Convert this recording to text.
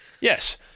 Yes